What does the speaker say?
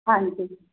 ਹਾਂਜੀ